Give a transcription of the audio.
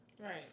Right